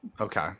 okay